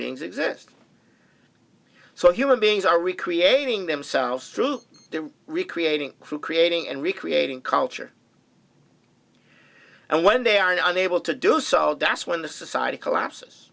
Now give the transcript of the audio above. beings exist so human beings are recreating themselves through their recreating crew creating and recreating culture and when they are unable to do solid that's when the society collapses